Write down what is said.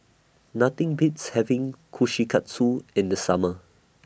Nothing Beats having Kushikatsu in The Summer